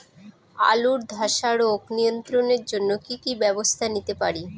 আলুর ধ্বসা রোগ নিয়ন্ত্রণের জন্য কি কি ব্যবস্থা নিতে পারি?